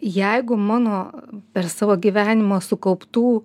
jeigu mano per savo gyvenimą sukauptų